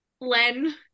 Len